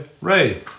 Ray